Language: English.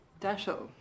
Dasho